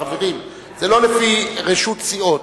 חברים, זה לא לפי רשות סיעות.